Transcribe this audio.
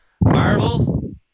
Marvel